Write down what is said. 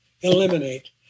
eliminate